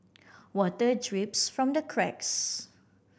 water drips from the cracks